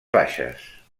baixes